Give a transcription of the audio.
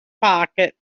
pocket